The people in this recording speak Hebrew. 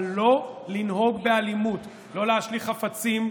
אבל לא לנהוג באלימות, לא להשליך חפצים,